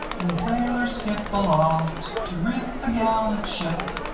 we sailors skip aloft to reef the gallant ship,